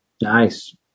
Nice